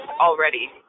already